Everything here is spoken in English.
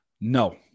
No